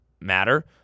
matter